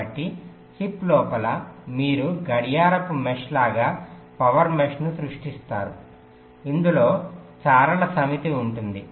కాబట్టి చిప్ లోపల మీరు గడియారపు మెష్ లాగా పవర్ మెష్ ను సృష్టిస్తారు ఇందులో చారల సమితి ఉంటుంది